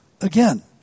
again